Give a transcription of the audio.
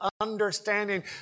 understanding